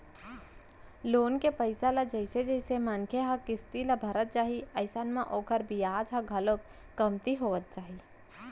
loan के पइसा ल जइसे जइसे मनसे ह किस्ती ल भरत जाही अइसन म ओखर बियाज ह घलोक कमती होवत जाही